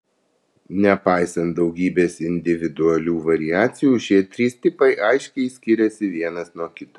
nepaisant daugybės individualių variacijų šie trys tipai aiškiai skiriasi vienas nuo kito